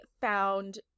found